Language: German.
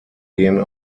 gehen